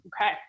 Okay